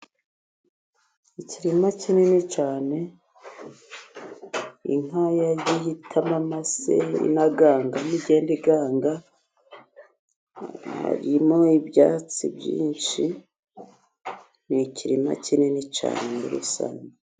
Ikirima kinini cyane, inka yagiye itamo amase inagangamo igenda iganga. Harimo ibyatsi byinshi, ni ikirima kinini cyane muri rusange.